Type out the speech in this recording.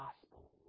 gospel